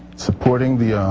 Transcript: supporting the